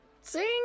sing